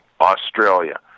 Australia